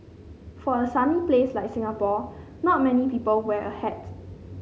for a sunny place like Singapore not many people wear a hat